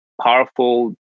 powerful